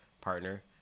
partner